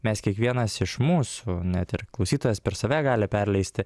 mes kiekvienas iš mūsų net ir klausytojas per save gali perleisti